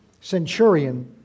Centurion